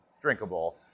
drinkable